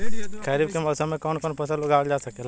खरीफ के मौसम मे कवन कवन फसल उगावल जा सकेला?